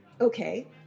okay